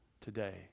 today